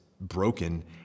broken